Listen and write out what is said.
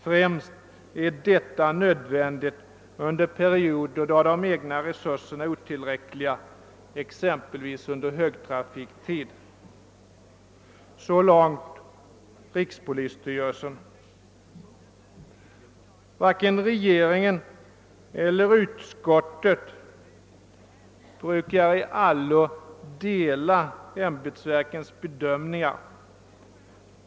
Främst är detta nödvändigt under perioder då de egna resurserna är otillräckliga, exempelvis under högtrafiktid.» Så långt rikspolisstyrelsen. Varken regeringen eller utskottet brukar i allo dela ämbetsverkens bedömningar.